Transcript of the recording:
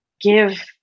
give